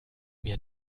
mir